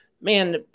man